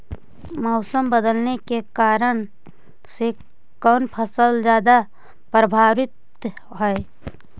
मोसम बदलते के कारन से कोन फसल ज्यादा प्रभाबीत हय?